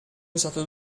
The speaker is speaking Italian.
usato